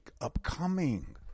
upcoming